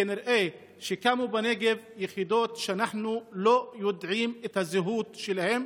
כנראה שקמו בנגב יחידות שאנחנו לא יודעים את הזהות שלהן,